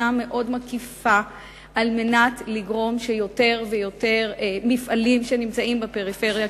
מאוד מקיפה על מנת לגרום שיותר ויותר מפעלים שנמצאים בפריפריה,